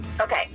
Okay